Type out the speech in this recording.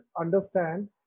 understand